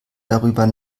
darüber